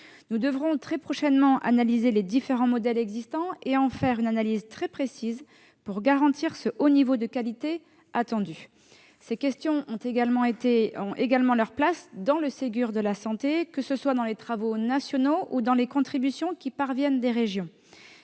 Nous devrons très prochainement analyser les différents modèles existants et en faire une analyse très précise pour assurer ce haut niveau de qualité attendu. Ces questions ont également leur place dans le Ségur de la santé, que ce soit dans les travaux nationaux ou dans les contributions qui parviennent des régions.